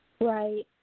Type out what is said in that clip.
Right